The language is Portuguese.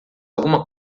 alguma